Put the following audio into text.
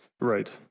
Right